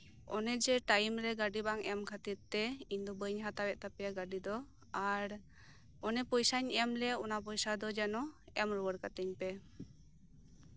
ᱚᱱᱮ ᱡᱮ ᱴᱟᱭᱤᱢ ᱨᱮ ᱜᱟᱹᱰᱤ ᱵᱟᱝ ᱮᱢ ᱠᱷᱟᱹᱛᱤᱨ ᱛᱮ ᱤᱧ ᱫᱚ ᱵᱟᱹᱧ ᱦᱟᱛᱟᱣ ᱛᱟᱯᱮᱭᱟ ᱜᱟᱹᱰᱤ ᱫᱚ ᱟᱨ ᱚᱱᱮ ᱯᱚᱭᱥᱟᱧ ᱮᱢ ᱞᱮᱫ ᱚᱱᱟ ᱯᱚᱭᱥᱟ ᱫᱚ ᱡᱮᱱᱚ ᱮᱢ ᱨᱩᱣᱟᱹᱲ ᱠᱟᱛᱤᱧ ᱯᱮ